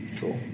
Cool